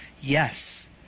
Yes